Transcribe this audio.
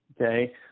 Okay